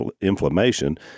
inflammation